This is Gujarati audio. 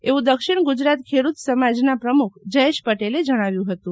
એવું દક્ષીણ ગુજરાત ખેડૂત સમાજ ના પ્રમુખ જયેશ પટેલે જણાવ્યું હતું